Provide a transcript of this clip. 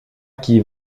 qui